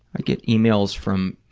i get emails from